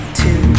two